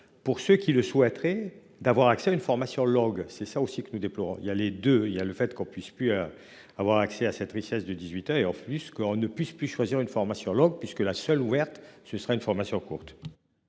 pour ceux qui le souhaiteraient, d'avoir accès à une formation longue. C'est ça aussi que nous déplorons. Il y a les deux, il y a le fait qu'on puisse plus à avoir accès à cette richesse de 18 et en plus qu'on ne puisse puisse choisir une formation longue puisque la seule ouverte. Ce serait une formation courte.